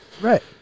right